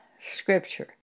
scripture